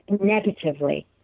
Negatively